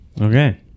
Okay